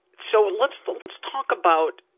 so, let's let's talk about